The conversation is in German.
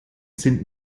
sind